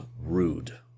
rude